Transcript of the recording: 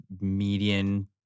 median